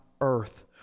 earth